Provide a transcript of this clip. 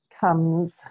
comes